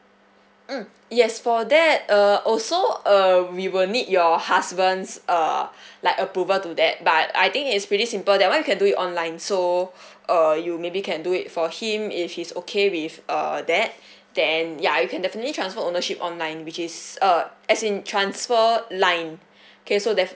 mm yes for that uh also uh we will need your husband's uh like approval to that but I think it's pretty simple that one we can do it online so err you maybe can do it for him if he's okay with err that then ya you can definitely transfer ownership online which is uh as in transfer line okay so that